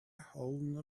holding